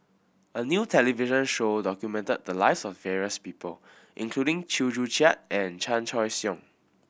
a new television show documented the lives of various people including Chew Joo Chiat and Chan Choy Siong